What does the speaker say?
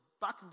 back